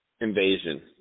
Invasion